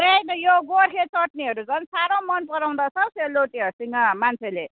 त्यही त यो गोर्खे चटनीहरू झन् साह्रो मनपराउँदो रहेछ हौ यो सेलरोटीहरूसँग मान्छेले